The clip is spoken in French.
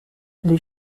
les